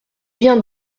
bien